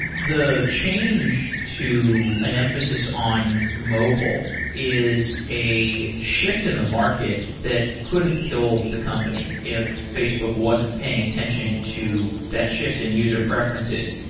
the change to an emphasis on mobile is a shift in the market that could have killed the company if facebook wasn't paying attention to that shift in user preferences.